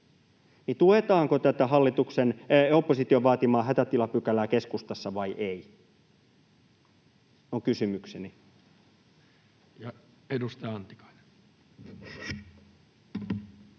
tuetaanko tätä opposition vaatimaa hätätilapykälää keskustassa vai ei, on kysymykseni. [Speech 217]